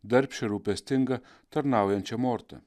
darbščią rūpestingą tarnaujančią mortą